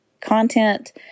content